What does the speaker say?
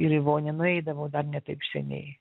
ir į vonią nueidavau dar ne taip seniai